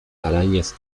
arañas